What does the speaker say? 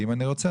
אם אני רוצה,